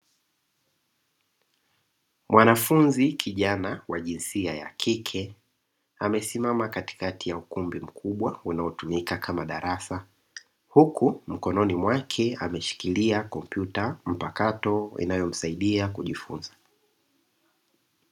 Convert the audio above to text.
Mwanafunzi kijana wa jinsia ya kike, amesimama katikati ya ukumbi mkubwa unaotumika kama darasa, huku mkononi mwake ameshikilia kompyuta mpakato inayomsaidia kujifunza.